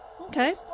okay